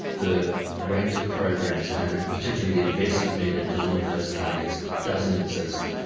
the range of programs and ah and particularly the investment needed to deliver those targets doesn't exist.